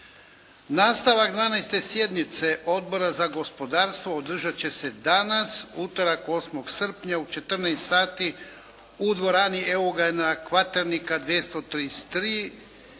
Nastavak 12. sjednice Odbora za gospodarstvo održati će se danas, utorak 8. srpnja u 14 sati u dvorani Eugena Kvaternika 233